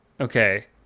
Okay